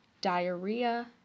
diarrhea